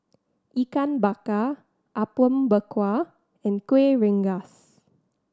Ikan Bakar Apom Berkuah and Kuih Rengas